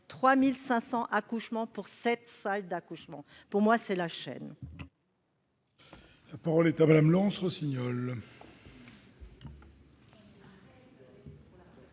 3 500 accouchements pour 7 salles d'accouchement. Pour moi, c'est la chaîne.